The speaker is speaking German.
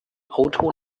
auto